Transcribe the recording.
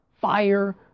fire